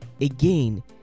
Again